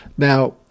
Now